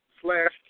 slash